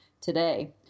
today